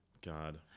God